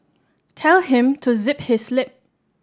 tell him to zip his lip